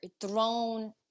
thrown